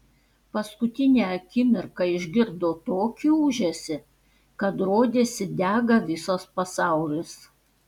paskutinę akimirką išgirdo tokį ūžesį kad rodėsi dega visas pasaulis